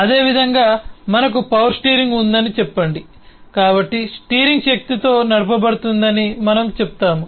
అదేవిధంగా మనకు power steering ఉందని చెప్పండి కాబట్టి స్టీరింగ్ శక్తితో నడుపబడుతుందని మనము చెప్తాము